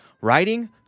writing